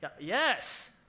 Yes